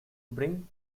bring